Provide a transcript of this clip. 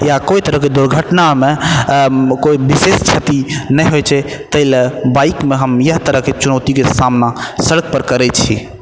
या कोइ तरहके दुर्घटनामे कोइ बिशेष क्षति नहि होइ छै ताहि लए बाइकमे हम यहए तरहके चुनौतीके सामना सड़क पर करै छी